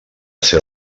ser